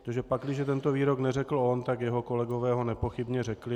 Protože pakliže tento výrok neřekl on, tak jeho kolegové ho nepochybně řekli.